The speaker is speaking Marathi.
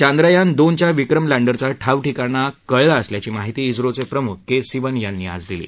चांद्रयान दोनच्या विक्रम लँडरचा ठावठिकाणा कळला असल्याची माहिती झोचे प्रमुख के सिवन यांनी आज दिली